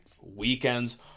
weekends